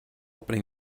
opening